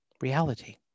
reality